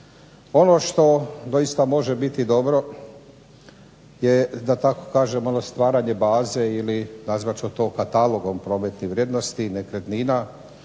Ono što doista može biti dobro je da tako kažem ono stvaranje baze ili nazvat ću to katalogom prometnih vrijednosti i nekretnina